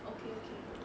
okay okay